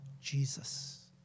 Jesus